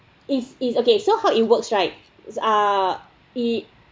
it's it's okay so how it works right uh it